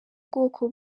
bwoko